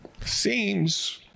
Seems